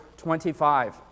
25